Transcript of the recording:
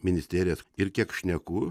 ministerijas ir kiek šneku